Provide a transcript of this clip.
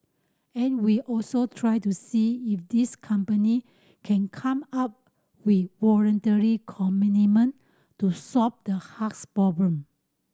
and we'll also try to see if these company can come up with voluntary commitment to solve the haze problem